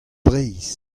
breizh